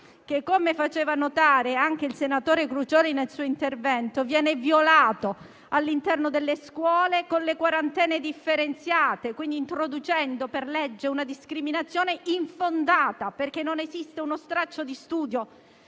che - come faceva notare anche il senatore Crucioli nel suo intervento - viene violato all'interno delle scuole con le quarantenne differenziate, introducendo per legge una discriminazione infondata - non esiste uno straccio di studio